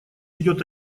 идет